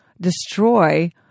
destroy